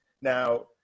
Now